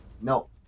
No